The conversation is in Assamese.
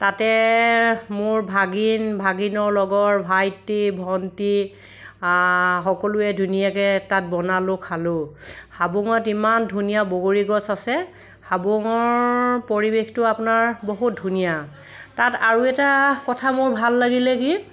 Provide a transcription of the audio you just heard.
তাতে মোৰ ভাগিন ভাগিনৰ লগৰ ভাইটি ভণ্টি সকলোৱে ধুনীয়াকে তাত বনালোঁ খালোঁ হাবুঙত ইমান ধুনীয়া বগৰী গছ আছে হাবুঙৰ পৰিৱেশটো আপোনাৰ বহুত ধুনীয়া তাত আৰু এটা কথা মোৰ ভাল লাগিলে কি